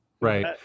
Right